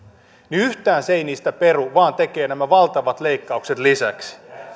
yhtään se ei niistä peru vaan tekee nämä valtavat leikkaukset lisäksi